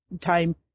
time